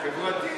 חברתי.